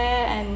and